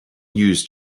used